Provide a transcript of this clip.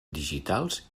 digitals